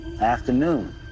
Afternoon